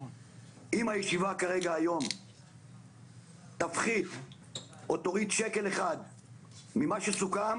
אם הישיבה תפחית או תוריד שקל אחד ממה שסוכם